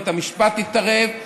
בית המשפט יתערב,